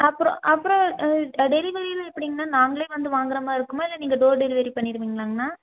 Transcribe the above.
அப்புறம் அப்புறம் டெலிவரியெல்லாம் எப்படிங்ண்ணா நாங்களே வந்து வாங்கிற மாரி இருக்குமா இல்லை நீங்கள் டோர் டெலிவரி பண்ணிவிடுவீங்ளாங்ண்ணா